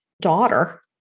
daughter